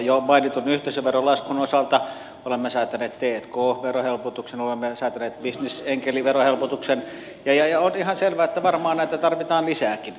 jo mainitun yhteisöveron laskun osalta olemme säätäneet t k verohelpotuksen olemme säätäneet bisnesenkeliverohelpotuksen ja on ihan selvää että varmaan näitä tarvitaan lisääkin